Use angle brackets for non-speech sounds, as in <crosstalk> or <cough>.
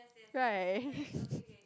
right <breath>